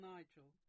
Nigel